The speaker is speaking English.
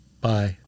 Bye